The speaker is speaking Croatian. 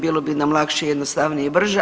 Bilo bi nam lakše, jednostavnije i brže.